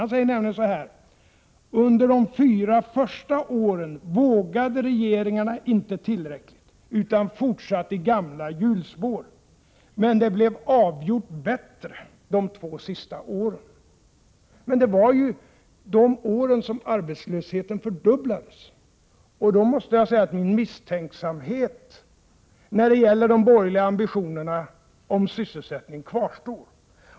Han säger nämligen så här: Under de fyra första åren vågade regeringarna inte tillräckligt utan fortsatte i gamla hjulspår, men det blev avgjort bättre de två sista åren. Men det var ju de åren som arbetslösheten fördubblades, och då måste jag säga att min misstänksamhet när det gäller de borgerliga ambitionerna i fråga om sysselsättningen kvarstår.